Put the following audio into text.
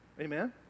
Amen